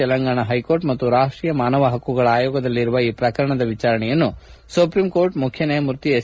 Telangana high court ಮತ್ತು ರಾಷ್ಷೀಯ ಮಾನವ ಪಕ್ಷುಗಳ ಆಯೋಗದಲ್ಲಿರುವ ಈ ಪ್ರಕರಣದ ವಿಚಾರಣೆಯನ್ನು ಸುಪ್ರೀಂಕೋರ್ಟ್ ಮುಖ್ಯ ನ್ಯಾಯಮೂರ್ತಿ ಎಸ್